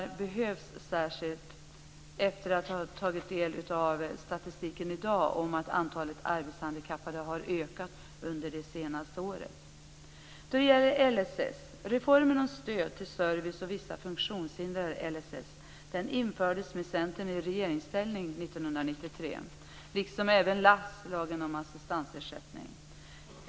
Det ser man särskilt efter att ha tagit del av statistiken i dag om att antalet arbetshandikappade har ökat under det senaste året. Reformen om stöd och service till vissa funktionshindrade, LSS, infördes med Centern i regeringsställning 1993, liksom även LASS, lagen om assistansersättning.